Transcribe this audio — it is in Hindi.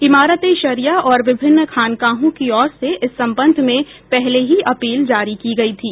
इमारत ए शरिया और विभिन्न खानकाहों की ओर से इस संबंध में पहले ही अपील जारी की गयी थी